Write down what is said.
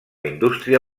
indústria